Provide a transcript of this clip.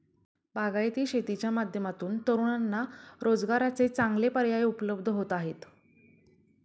बागायती शेतीच्या माध्यमातून तरुणांना रोजगाराचे चांगले पर्याय उपलब्ध होत आहेत